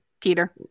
Peter